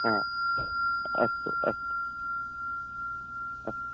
हा अस्तु अस्तु अस्तु